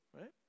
right